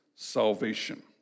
salvation